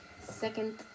second